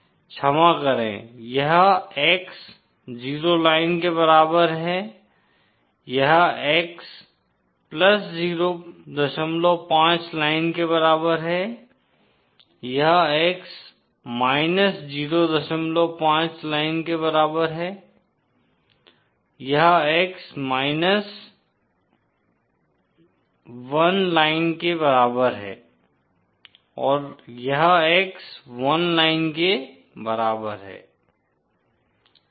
क्षमा करें यह X 0 लाइन के बराबर है यह X 05 लाइन के बराबर है यह X 05 लाइन के बराबर है यह X 1 लाइन के बराबर है यह X 1 लाइन के बराबर है